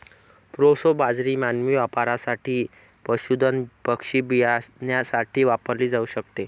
proso बाजरी मानवी वापरासाठी, पशुधन पक्षी बियाण्यासाठी वापरली जाऊ शकते